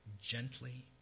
gently